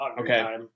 Okay